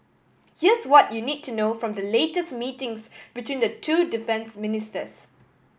here's what you need to know from the latest meetings between the two defence ministers